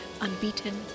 unbeaten